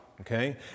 okay